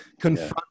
confront